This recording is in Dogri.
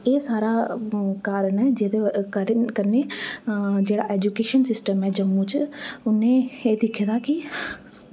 एह् सारा कारण ऐ जेह्दे कन्नै जेह्ड़ा ऐजूकेशन सिस्टम ऐ जम्मू च उनें एह् दिक्खे दा कि